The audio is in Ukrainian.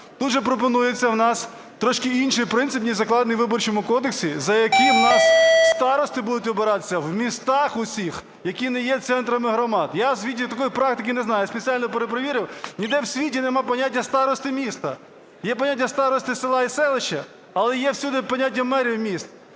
Тут же пропонується в нас трішки інший принцип, ніж закладений у Виборчому кодексі, за яким у нас старости будуть обиратися в містах усіх, які не є центрами громад. Я в світі такої практики не знаю, я спеціально перепровірив. Ніде в світі немає поняття "старости міста", є поняття "старости села і селища", але є всюди поняття "мери міст".